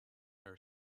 her